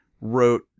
wrote